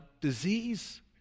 disease